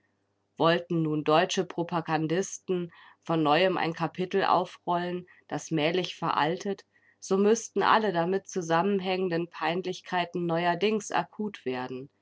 wollten nun deutsche propagandisten von neuem ein kapitel aufrollen das mählich veraltet so müßten alle damit zusammenhängenden peinlichkeiten neuerdings akut werden